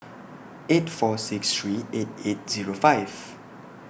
eight four six three eight eight Zero five